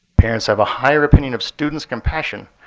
parents have a higher opinion of students compassion,